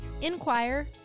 Inquire